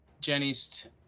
Jenny's